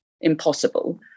impossible